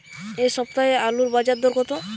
এ সপ্তাহে আলুর বাজার দর কত?